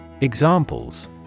Examples